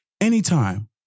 Anytime